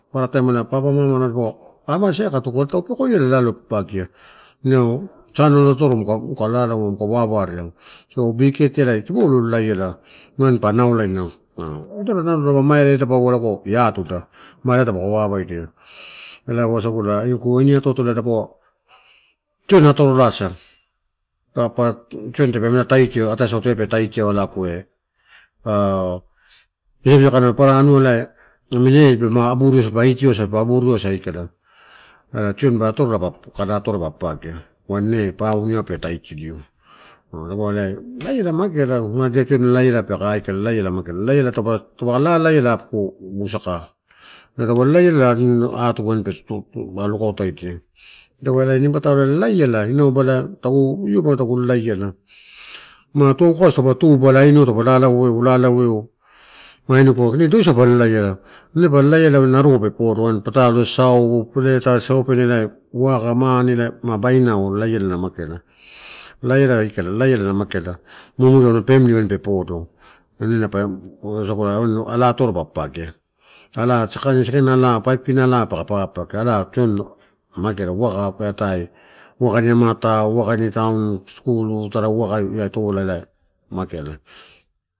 Paparataim nalo ppapa, mama dipaua are ma saka tukua? Tau pekoiala lao lo papagia inau channel atoro muku wawareau biki het ai lalaiala. Wain pa naulaina. Odorola dapa maire eh tadapaua lago ia atuda ela dapuka wa waldia ela wasagula oko ini ato atoela tioni atorola sa, pa tioni tape amela taitio ataisauto eh pe taitiau ena alagu eh, an kee misamisakaini nua papara anua, amini eh di palama aburio sa, dipa aitio aburio asa aikala. Ela tioni ba atorola pa kada, atoria wain pa papagia. Wain ine pau, niau pe tatidia dapaua lalaiala na mageala. Ma ida tioni lalaiala poke lalaiala peke aikala. Lalaiala mageala opu toupaka lalaiala inau ba, tagu io magu lalaiala tua kakasu toupa tu, aineuai taupe lala eu lalaeu mu aineubu panu ine doisa pa lalaiala. Ine pa luluiala wain aruau pe podo wain patalo sasau peleuta, sosopene uwaka mane ma baina naula. Lauala na mageala mumudia au family. Wain pe podo wasagula wain ala atoro pa papagia. Ala sakanna ala five kina paka papagia ala tioni mageala uwaka na ataela uwakani amata uwakani town, uwakani school, tara ia tolelai ela mageala.